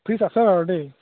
fridge আছে আৰু দেই